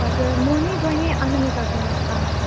हजर म नि बहिनी अनामिकाको आमा